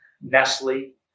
Nestle